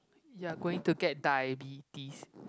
you are going to get diabetes